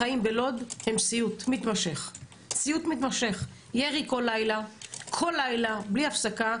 החיים בלוד הם סיוט מתמשך - ירי כל לילה בלי הפסקה,